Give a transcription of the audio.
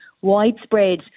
widespread